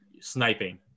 sniping